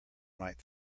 might